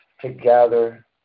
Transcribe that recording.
together